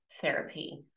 therapy